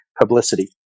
publicity